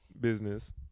business